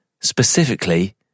specifically